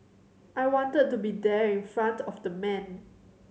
I wanted to be there in front of the man